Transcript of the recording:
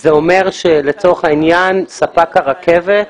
זה אומר שלצורך העניין ספק הרכבת,